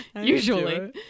Usually